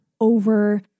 over